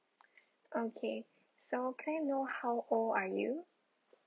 okay so can I know how old are you